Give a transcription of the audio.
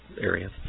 area